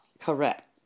correct